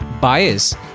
bias